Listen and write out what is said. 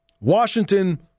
Washington